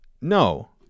No